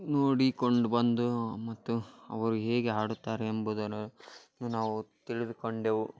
ನೋಡಿಕೊಂಡು ಬಂದು ಮತ್ತು ಅವರು ಹೇಗೆ ಆಡುತ್ತಾರೆ ಎಂಬುದರ ನಾವು ತಿಳಿದುಕೊಂಡೆವು